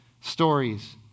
stories